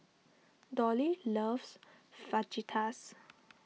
Dolly loves Fajitas